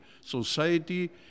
society